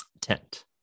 Tent